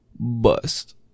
bust